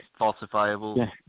falsifiable